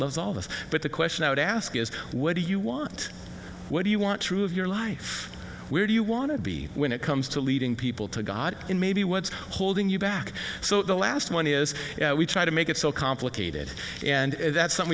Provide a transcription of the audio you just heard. loves all this but the question i would ask is what do you want what do you want true of your life where do you want to be when it comes to leading people to god in maybe what's holding you back so the last one is we try to make it so complicated and that some